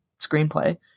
screenplay